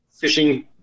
fishing